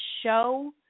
show